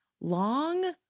long